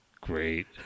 Great